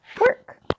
work